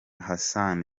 hassan